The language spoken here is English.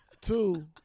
Two